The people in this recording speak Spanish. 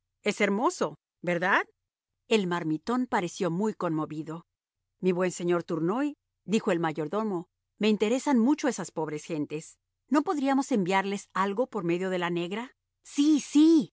es hermoso verdad el marmitón pareció muy conmovido mi buen señor tournoy dijo al mayordomo me interesan mucho esas pobres gentes no podríamos enviarles algo por medio de la negra sí sí